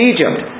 Egypt